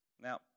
Now